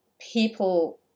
people